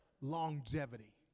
longevity